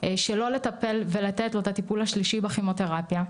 שלא לטפל ולתת לו את הטיפול השלישי בכימותרפיה,